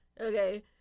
Okay